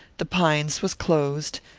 the pines was closed,